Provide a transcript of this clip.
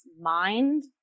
mind